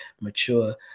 mature